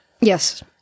Yes